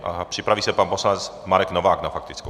A připraví se pan poslanec Marek Novák na faktickou.